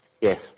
Yes